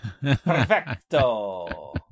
Perfecto